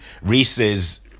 Reese's